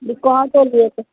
दिक्खो हां तोलियै